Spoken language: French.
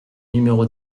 numéro